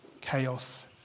chaos